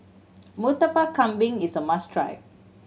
Murtabak Kambing is a must try